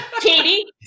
Katie